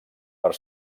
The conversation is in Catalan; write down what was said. per